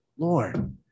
Lord